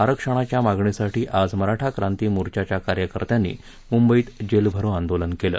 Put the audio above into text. आरक्षणाच्या मागणीसाठी आज मराठा क्रांती मोर्चाच्या कार्यकर्त्यांनी मुंबईत जेल भरो आंदोलन केलं